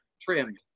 trimmed